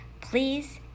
please